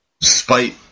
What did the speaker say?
spite